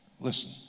Listen